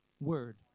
word